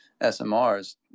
SMRs